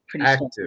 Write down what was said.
active